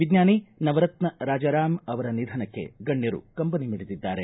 ವಿಜ್ಞಾನಿ ನವರತ್ನ ರಾಜಾರಾಮ್ ಅವರ ನಿಧನಕ್ಕೆ ಗಣರು ಕಂಬನಿ ಮಿಡಿದಿದ್ದಾರೆ